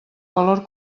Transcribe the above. valor